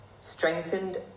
strengthened